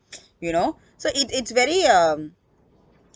you know so it it's very um